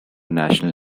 national